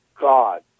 God